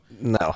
No